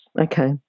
Okay